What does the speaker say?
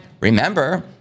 remember